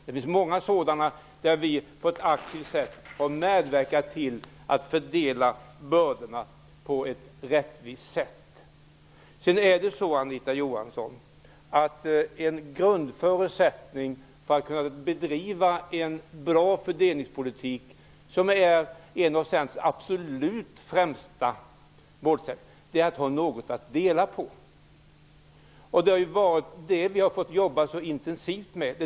Det finns fler saker där vi har medverkat till att fördela bördorna på ett rättvist sätt. En grundförutsättning för att kunna bedriva en bra fördelningspolitik, som är en av Centerns främsta målsättningar, är att ha något att dela på. Det har vi fått arbeta intensivt med.